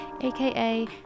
aka